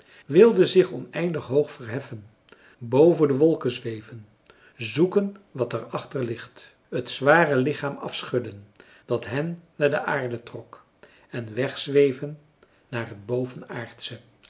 wilden zich oneindig hoog verheffen boven de wolken zweven zoeken wat daar achter ligt het zware lichaam afschudden dat hen naar de aarde trok en wegzweven naar het bovenaardsche